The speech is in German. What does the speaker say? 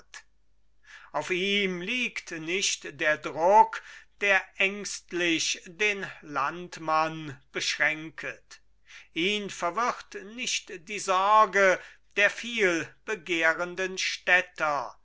auf ihm liegt nicht der druck der ängstlich den landmann beschränket ihn verwirrt nicht die sorge der viel begehrenden städter